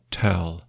tell